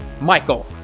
Michael